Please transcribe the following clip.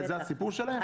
אולי זה הסיפור שלהם?